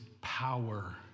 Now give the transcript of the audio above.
power